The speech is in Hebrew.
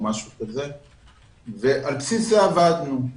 על בסיס זה עבדנו.